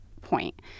point